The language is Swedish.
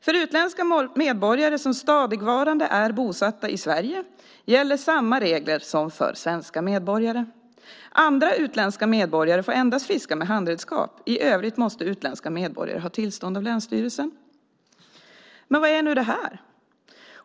För utländska medborgare som stadigvarande är bosatta i Sverige gäller samma regler som för svenska medborgare. Andra utländska medborgare får endast fiska med handredskap. I övrigt måste utländska medborgare ha tillstånd av länsstyrelsen. Men vad är nu det här?